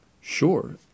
Sure